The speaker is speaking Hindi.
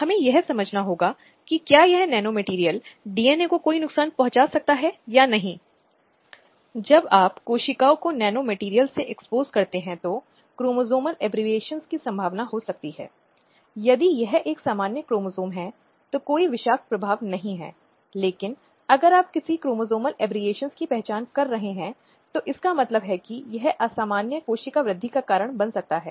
इसलिए लोगों की आवाज़ बहुत मजबूत हो सकती है और समाज में बदलाव और या जिस तरह से चीजों में सुधार किया जाना चाहिए उस पर प्रभाव का वास्तविक प्रभाव हो सकता है सभी कानूनों में सुधार किया जाना चाहिए जिससे मानसिकता में आवश्यक परिवर्तन संस्था में आवश्यक परिवर्तन आदि लाया जा सकता है